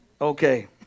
Okay